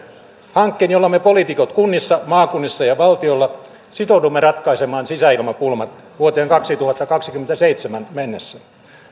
hankkeen jolla me poliitikot kunnissa maakunnissa ja valtiolla sitoudumme ratkaisemaan sisäilmapulmat vuoteen kaksituhattakaksikymmentäseitsemän mennessä